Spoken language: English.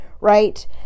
right